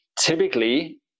typically